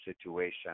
situation